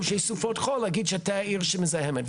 שיש סופות חול להגיד שאת עיר שמזהמת.